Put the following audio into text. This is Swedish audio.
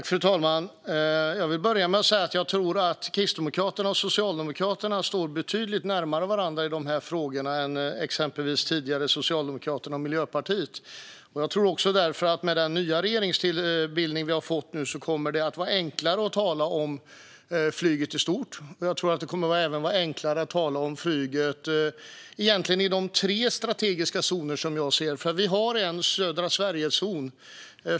Fru talman! Jag tror att Kristdemokraterna och Socialdemokraterna nu står betydligt närmare varandra i de här frågorna än vi gjorde med den tidigare regeringen bestående av Socialdemokraterna och Miljöpartiet. Med den nya regeringsbildning vi har fått tror jag därför att det kommer att bli enklare att tala om flyget i stort. Jag tror även att det kommer att vara enklare att tala om flyget i de tre strategiska zoner som jag ser. Vi har en södra-Sverige-zon.